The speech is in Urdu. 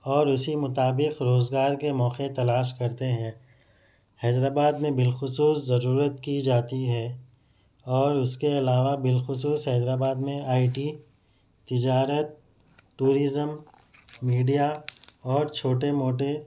اور اسی مطابق روزگار کے موقعہ تلاش کرتے ہیں حیدر آباد میں بالخصوص ضرورت کی جاتی ہے اور اس کے علاوہ بالخصوص حیدر آباد میں آئی ٹی تجارت ٹورزم میڈیا اور چھوٹے موٹے